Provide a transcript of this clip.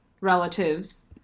relatives